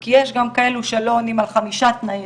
כי יש גם כאלו שלא עונים על חמישה תנאי